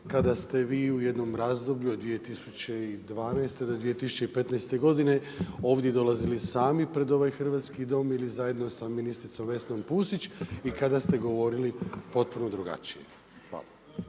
kada ste vi u jednom razdoblju od 2012. do 2015. godine ovdje dolazili sami pred ovaj hrvatski Dom ili zajedno sa ministricom Vesnom Pusić i kada ste govorili potpuno drugačije.